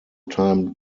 time